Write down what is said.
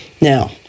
Now